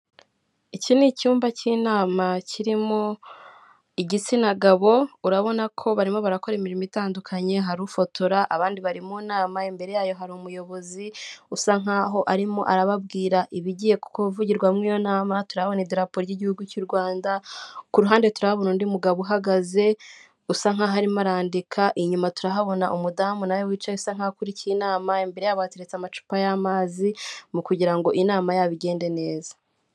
Iki ni icyumba cy'inama kirimo igitsina gabo, urabona ko barimo barakora imirimo itandukanye, hari ufotora, abandi bari mu nama imbere yayo hari umuyobozi, usa nkaho ari mo arababwira ibigiye kuvugirwa mu iyo nama, turabona idarapo ry'igihugu cy'u Rwanda, ku ruhande turabona undi mugabo uhagaze usa nkaho arimo arandika, inyuma turahabona umudamu nawe wicaye usa nk'aho akurikiye inama, imbere yaba abateretse amacupa y'amazi mu kugira ngo inama yabo igende neza.